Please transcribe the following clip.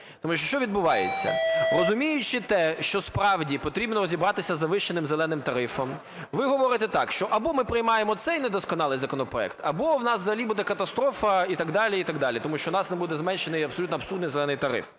Що відбувається. Розуміючи те, що справді, потрібно розібратися з завищеним "зеленим" тарифом, ви говорите так, що або ми приймаємо цей недосконалий законопроект, або у нас взагалі буде катастрофа і так далі, і так далі. Тому що у нас не буде зменшений абсолютно абсурдний "зелений" тариф.